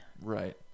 Right